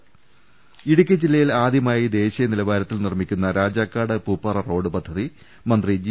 രദേഷ്ടെടു ഇടുക്കി ജില്ലയിൽ ആദ്യമായി ദേശീയ നിലവാരത്തിൽ നിർമ്മിക്കുന്ന രാജാക്കാട് പൂപ്പാറ റോഡ് പദ്ധതി മന്ത്രി ജി